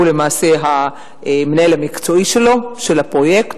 הוא למעשה המנהל המקצועי של הפרויקט,